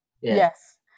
yes